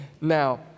Now